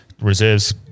reserves-